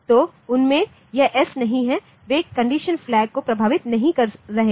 तो उनमें यह S नहीं है वे कंडीशन फ्लैग को प्रभावित नहीं कर रहे हैं